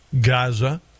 Gaza